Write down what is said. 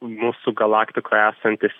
mūsų galaktikoje esantis